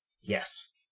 yes